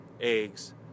eggs